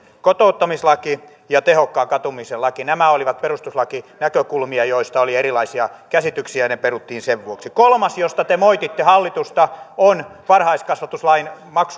kotouttamislaki ja tehokkaan katumisen laki olivat perustuslakinäkökulmia joista oli erilaisia käsityksiä ja ne peruttiin sen vuoksi kolmas josta te moititte hallitusta on varhaiskasvatuslain